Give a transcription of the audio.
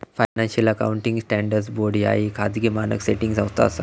financial accounting standards board ह्या येक खाजगी मानक सेटिंग संस्था असा